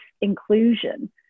inclusion